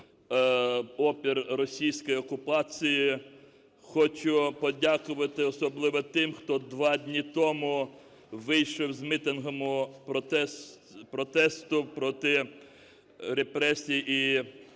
опір російській окупації. Хочу подякувати особливо тим, хто 2 дні тому вийшов з мітингом протесту проти репресій і